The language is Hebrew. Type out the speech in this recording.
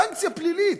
סנקציה פלילית.